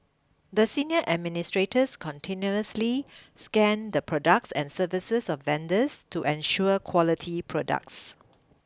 the senior administrators continuously scan the products and services of vendors to ensure quality products